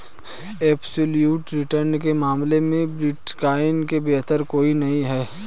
absolute return के मामले में बिटकॉइन से बेहतर कोई नहीं है